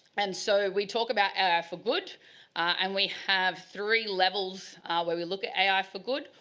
and so we talk about ah for good and we have three levels where we look at ai for good,